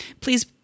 please